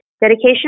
dedication